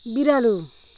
बिरालो